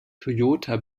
toyota